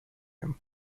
him